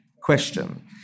question